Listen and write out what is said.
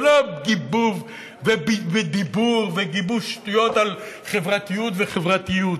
זה לא גיבוב ודיבור וגיבוב שטויות על חברתיות וחברתיות,